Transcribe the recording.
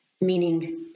meaning